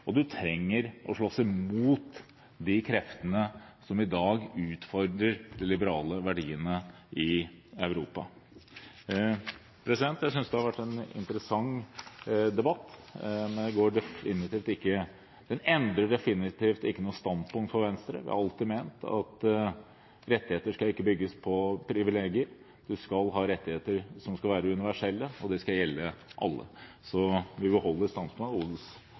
og man trenger å slåss imot de kreftene som i dag utfordrer de liberale verdiene i Europa. Jeg synes det har vært en interessant debatt, men den endrer definitivt ikke standpunktet til Venstre. Vi har alltid ment at rettigheter ikke skal bygges på privilegier. Man skal ha rettigheter som skal være universelle, og de skal gjelde alle, så vi